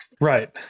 Right